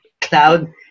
cloud